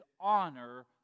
honor